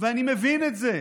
ואני מבין את זה,